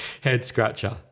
head-scratcher